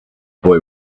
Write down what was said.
boy